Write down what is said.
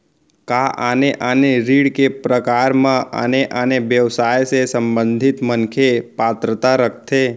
का आने आने ऋण के प्रकार म आने आने व्यवसाय से संबंधित मनखे पात्रता रखथे?